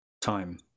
time